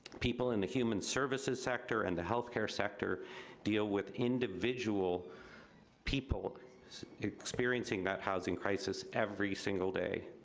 people in the human services sector and the health care sector deal with individual people experiencing that housing crisis every single day.